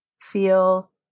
feel